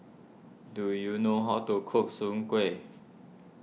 do you know how to cook Soon Kuih